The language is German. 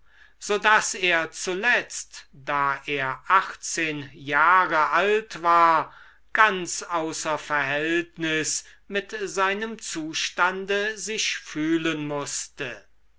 so daß er zuletzt da er achtzehn jahr alt war ganz außer verhältnis mit seinem zustande sich fühlen mußte